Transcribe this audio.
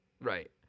right